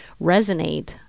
resonate